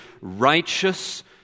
righteous